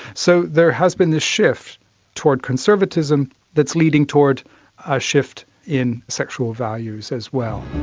so there has been the shift toward conservatism that's leading toward a shift in sexual values as well.